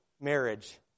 marriage